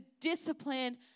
discipline